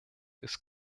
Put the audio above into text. ist